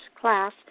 class